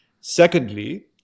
Secondly